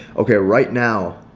okay, right now,